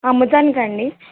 అమ్మటానికా అండి